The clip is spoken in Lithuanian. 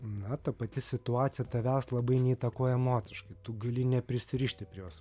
na ta pati situacija tavęs labai neįtakoja emociškai tu gali neprisirišti prie jos